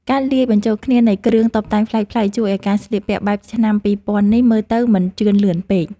ការលាយបញ្ជូលគ្នានៃគ្រឿងតុបតែងប្លែកៗ ជួយឱ្យការស្លៀកពាក់បែបឆ្នាំពីរពាន់នេះមើលទៅមិនជឿនលឿនពេក។